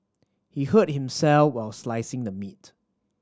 he hurt himself while slicing the meat